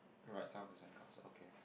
right side of the sand castle okay